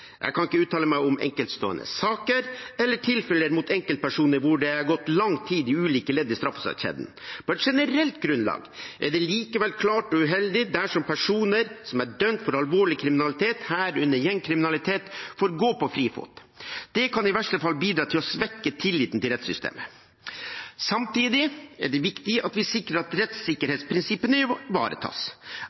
Jeg kan ikke uttale meg om enkeltstående saker eller tilfeller mot enkeltpersoner hvor det har gått lang tid i ulike ledd i straffesakskjeden. På et generelt grunnlag er det likevel klart uheldig dersom personer som er dømt for alvorlig kriminalitet, herunder gjengkriminalitet, får være på frifot. Det kan i verste fall bidra til å svekke tilliten til rettssystemet. Samtidig er det viktig at vi sikrer at rettssikkerhetsprinsippene